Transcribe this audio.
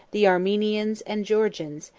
the armenians and georgians,